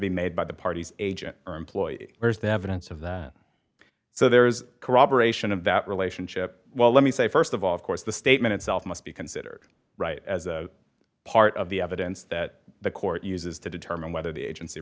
be made by the parties agent or employee where's the evidence of that so there is corroboration of that relationship well let me say st of all of course the statement itself must be considered right as a part of the evidence that the court uses to determine whether the agency